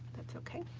that's ok.